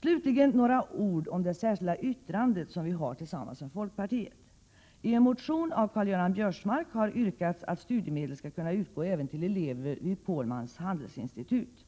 Slutligen några ord om det särskilda yttrande som vi har avgivit tillsammans med folkpartiet. I en motion av Karl-Göran Biörsmark har yrkats att studiemedel skall kunna utgå även till elever vid Påhlmans handelsinstitut.